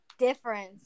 difference